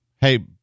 Hey